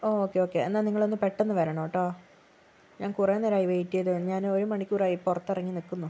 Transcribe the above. okay okay എന്നാൽ നിങ്ങളൊന്നു പെട്ടന്നു വരണം കേട്ടോ ഞാൻ കുറെ നേരമായി വെയിറ്റ് ചെയ്യുന്നു ഞാൻ ഒരു മണിക്കൂറായി പുറത്തിറങ്ങി നിൽക്കുന്നു